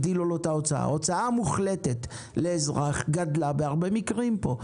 ההוצאה המוחלטת לאזרח גדלה בהרבה מקרים פה.